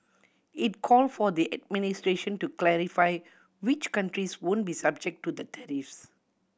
it called for the administration to clarify which countries won't be subject to the tariffs